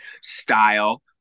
style